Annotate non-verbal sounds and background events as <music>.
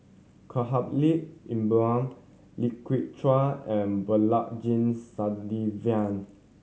Khalil Ibrahim Lai Kew Chai and Balaji <unintelligible>